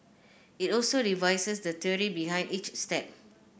it also revises the theory behind each step